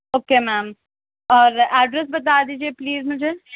okay ma'am اور address بتا دیجیے پلیز مجھے